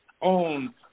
on